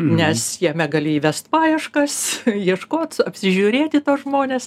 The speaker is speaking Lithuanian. nes jame gali įvest paieškas ieškot apsižiūrėti tuos žmones